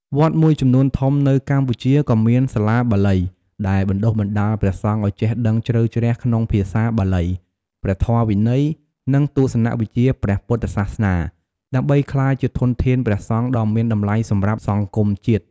វត្តមួយចំនួនធំនៅកម្ពុជាក៏មាន សាលាបាលី ដែលបណ្ដុះបណ្ដាលព្រះសង្ឃឲ្យចេះដឹងជ្រៅជ្រះក្នុងភាសាបាលី ព្រះធម៌វិន័យ និងទស្សនវិជ្ជាព្រះពុទ្ធសាសនា ដើម្បីក្លាយជាធនធានព្រះសង្ឃដ៏មានតម្លៃសម្រាប់សង្គមជាតិ។